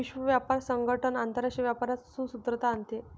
विश्व व्यापार संगठन आंतरराष्ट्रीय व्यापारात सुसूत्रता आणते